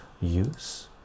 use